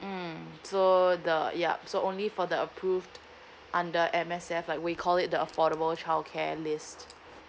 hmm so the ya so only for the approved under M_S_F like we call it the affordable childcare list